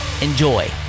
Enjoy